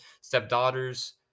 stepdaughters